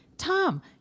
Tom